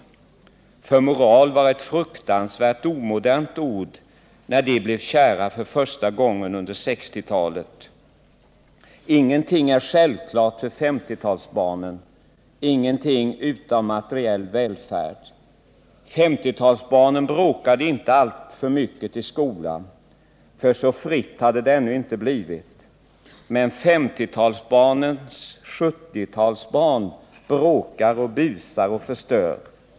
För moral var fruktansvärt omodernt när de blev kära för första gången under 60-talet. Ingenting är självklart för S50-talsbarnen - ingenting utom materiell välfärd. 50-talsbarnen bråkade inte alltför mycket i skolan, för så fritt hade det ännu inte blivit. Men 50-talsbarnens 70-talsbarn bråkar och busar och förstör.